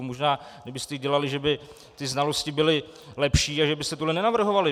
Možná, kdybyste ji dělali, že by znalosti byly lepší a že byste tohle nenavrhovali.